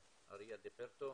אריאל דיפורטו,